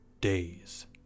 days